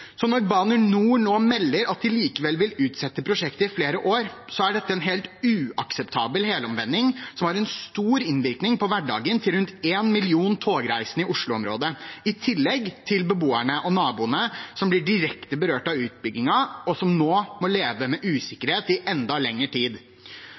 Når Bane NOR nå melder at de likevel vil utsette prosjektet i flere år, er dette en helt uakseptabel helomvending. Det har stor innvirkning på hverdagen til rundt én million togreisende i Oslo-området, i tillegg til beboerne og naboene som blir direkte berørt av utbyggingen, og som nå må leve med